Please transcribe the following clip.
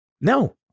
No